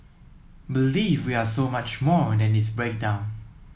believe we are so much more than this breakdown